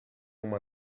uma